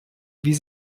wie